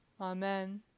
Amen